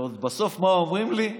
ועוד בסוף מה אומרים לי?